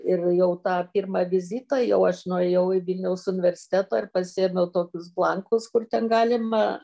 ir jau tą pirmą vizitą jau aš nuėjau į vilniaus universitetą ir pasiėmiau tokius blankus kur ten galima